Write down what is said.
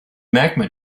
magma